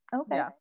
okay